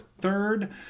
third